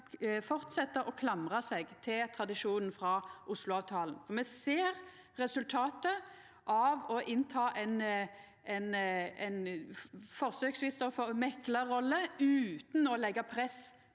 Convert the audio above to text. fortsetja å klamra seg til tradisjonen frå Oslo-avtalen. Me ser resultatet av å ta ein, forsøksvis, meklarrolle utan å leggja press